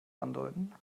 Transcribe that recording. andeuten